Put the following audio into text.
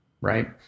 right